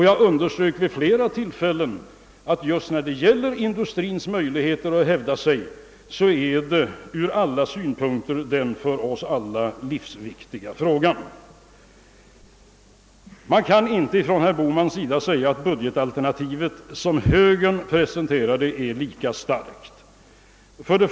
Jag underströk vid flera tillfällen att industrins möjligheter att hävda sig är en ur alla synpunkter och för oss alla livsviktig fråga. Man kan inte från herr Bohmans sida hävda att det budgetalternativ som högern presenterat är lika starkt som regeringens.